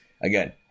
again